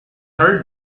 heard